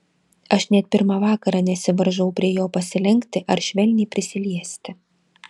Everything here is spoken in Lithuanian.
aš net pirmą vakarą nesivaržau prie jo pasilenkti ar švelniai prisiliesti